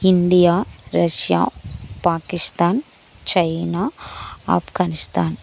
India Russia Pakistan China Afghanistan